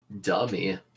Dummy